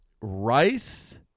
rice